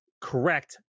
correct